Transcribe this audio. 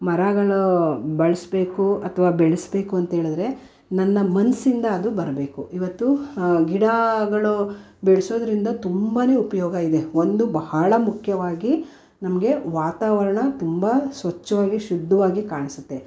ಮರಗಳೂ ಬಳಸ್ಬೇಕು ಅಥ್ವಾ ಬೆಳೆಸ್ಬೇಕು ಅಂತ್ಹೇಳಿದ್ರೆ ನನ್ನ ಮನ್ಸಿಂದ ಅದು ಬರಬೇಕು ಇವತ್ತು ಗಿಡಗಳು ಬೆಳೆಸೋದ್ರಿಂದ ತುಂಬ ಉಪಯೋಗ ಇದೆ ಒಂದು ಬಹಳ ಮುಖ್ಯವಾಗಿ ನಮಗೆ ವಾತಾವರಣ ತುಂಬ ಸ್ವಚ್ಛವಾಗಿ ಶುದ್ಧವಾಗಿ ಕಾಣಿಸುತ್ತೆ